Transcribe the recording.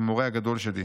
המורה הגדול שלי: